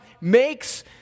makes